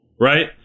right